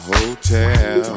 Hotel